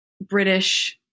British